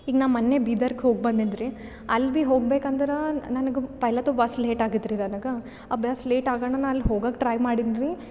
ಈಗ ನಾನು ಮೊನ್ನೆ ಬೀದರ್ ಕ ಹೋಗಿ ಬಂದಿನಿ ರೀ ಅಲ್ಲಿ ಬಿ ಹೋಗ್ಬೇಕು ಅಂದ್ರೆ ನನಗೆ ಪೆಹ್ಲತೊ ಬಸ್ ಲೇಟ್ ಆಗತ್ ರೀ ನನಗೆ ಬಸ್ ಲೇಟ್ ಆಗಣ ನಾ ಅಲ್ಲಿ ಹೋಗೋಕ್ ಟ್ರೈ ಮಾಡಿನಿ ರೀ